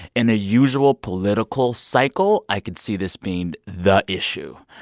in a usual political cycle, i could see this being the issue.